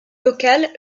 local